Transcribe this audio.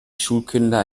schulkinder